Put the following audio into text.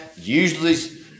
usually